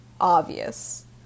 obvious